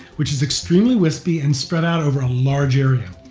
which is extremely wispy and spread out over a large area.